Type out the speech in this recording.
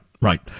right